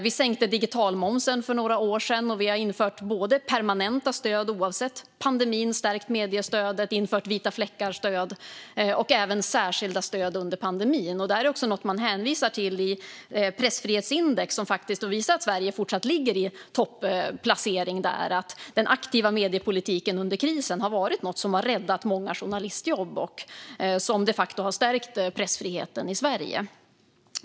Vi sänkte digitalmomsen för några år sedan. Vi har infört permanenta stöd, oavsett pandemin. Vi har stärkt mediestödet och infört vita-fläckar-stöd och även särskilda stöd under pandemin. Det är också något som man hänvisar till i pressfrihetsindex, som faktiskt visar att Sverige fortfarande har en topplacering där och att den aktiva mediepolitiken under krisen har räddat många journalistjobb och de facto stärkt pressfriheten i Sverige.